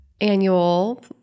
annual